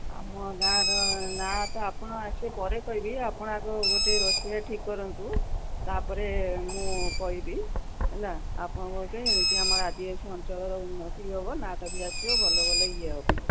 ଆମ ଗାଁର ନାଁ ତ ଆପଣ ଆସିବେ ପରେ କହିବି ଆପଣ ଆଗ ଗୋଟେ ରୋଷେଇଆ ଠିକ୍ କରନ୍ତୁ ତା'ପରେ ମୁଁ କହିବି ହେଲା ଆପଣଙ୍କ ଗୋଟେ ଏମିତି ଆମର ଆଦିବାସୀ ଅଞ୍ଚଳର ଉନ୍ନତି ହେବ ନାଁଟା ବି ଆସିବ ଭଲ ଭଲ ଇଏ ହେବ